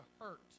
hurt